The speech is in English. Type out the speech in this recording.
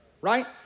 Right